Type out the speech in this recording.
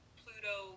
pluto